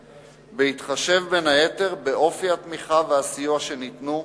בהתחשב, בין היתר, באופי התמיכה והסיוע שניתנו,